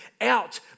out